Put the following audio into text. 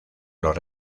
los